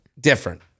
Different